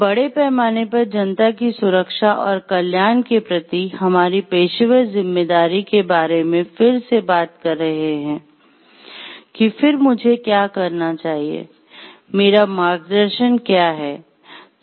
हम बड़े पैमाने पर जनता की सुरक्षा और कल्याण के प्रति हमारी पेशेवर जिम्मेदारी के बारे में फिर से बात कर रहे हैं कि फिर मुझे क्या करना चाहिए मेरा मार्गदर्शन क्या है